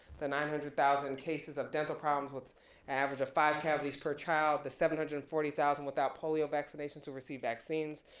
the nine hundred thousand cases of dental problems with an average of five cavities per child, the seven hundred and forty thousand without polio vaccinations who received vaccines,